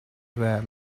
well